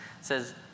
says